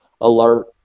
alert